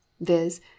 viz